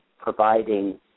Providing